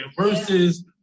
versus